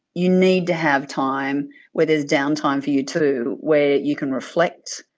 you need to have time where there's downtime for you too, where you can reflect,